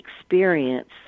experience